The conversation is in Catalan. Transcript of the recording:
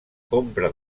compra